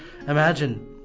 imagine